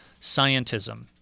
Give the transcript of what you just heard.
scientism